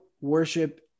worship